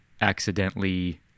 accidentally